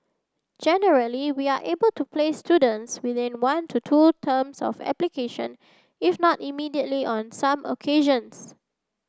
generally we are able to place students within one to two terms of application if not immediately on some occasions